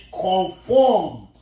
conformed